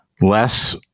less